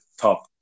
top